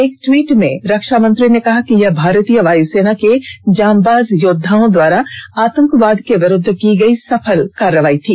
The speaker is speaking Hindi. एक ट्वीट में रक्षामंत्री ने कहा कि यह भारतीय वायुसेना के जांबाज योद्वाओं द्वारा आतंकवाद के विरूद्व की गई सफल कार्रवाई थी